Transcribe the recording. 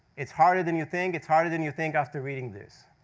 it's harder than you think. it's harder than you think after reading this.